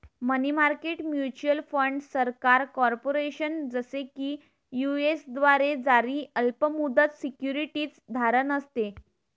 मनी market mutual fund सरकार, corporation, जसे की यू.एस द्वारे जारी अल्प मुदत सिक्युरिटीज धारण असते